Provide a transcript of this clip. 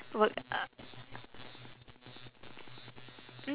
work uh